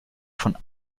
von